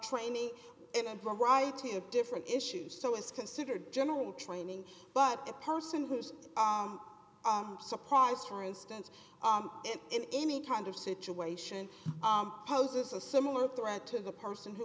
training in a variety of different issues so it's considered general training but the person who's surprised for instance and in any kind of situation poses a similar threat to the person who